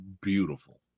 beautiful